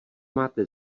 máte